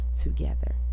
together